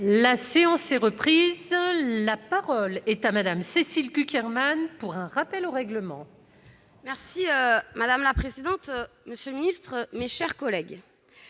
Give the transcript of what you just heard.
La séance est reprise. La parole est à Mme Cécile Cukierman, pour un rappel au règlement. Madame la présidente, monsieur le ministre, mes chers collègues,